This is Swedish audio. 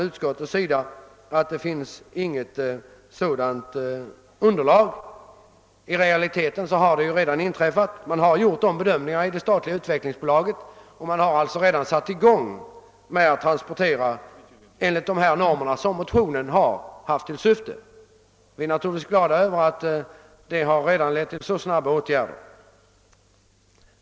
Utskottet anför att det inte finns något underlag för en dylik verksamhet. I realiteten har Utvecklingsbolaget redan gjort dessa bedömningar och alltså redan satt i gång med transporter enligt de normer som föreslås i motionen. Vi är naturligtvis glada för att motionen lett till så snabba åtgärder.